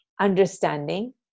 understanding